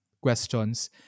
questions